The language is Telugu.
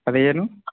పదిహేను